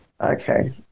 Okay